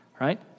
right